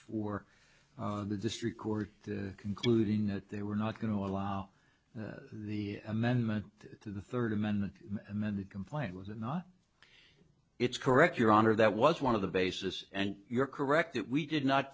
for the district court concluding that they were not going to allow the amendment to the thirteen men and then the complaint was not it's correct your honor that was one of the basis and you're correct that we did not